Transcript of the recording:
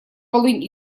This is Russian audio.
полынь